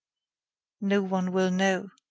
no one will know.